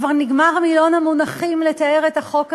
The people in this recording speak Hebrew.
כבר נגמר מילון המונחים לתאר את החוק הזה.